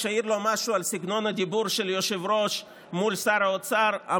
כשהעיר לו משהו על סגנון הדיבור של יושב-ראש מול שר האוצר: